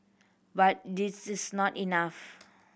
but it is not enough